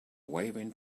waving